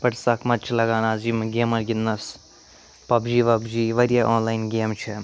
بَڑٕ سخ مَزٕ چھُ لَگان آز یِمَن گیمَن گِنٛدنَس پَب جی وَب جی واریاہ آن لایِن گیمہٕ چھِ یِم